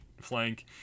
flank